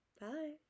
bye